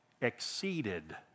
exceeded